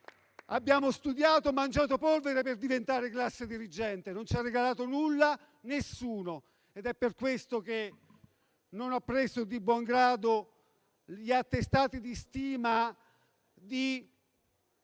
Abbiamo studiato e mangiato polvere per diventare classe dirigente, non ci ha regalato nulla nessuno. È per questo che non ho preso di buon grado gli attestati di stima del